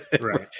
Right